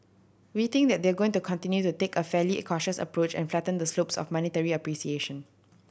we think that they're going to continue to take a fairly cautious approach and flatten the slopes of monetary appreciation